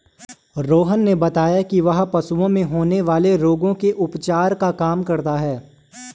रोहन ने बताया कि वह पशुओं में होने वाले रोगों के उपचार का काम करता है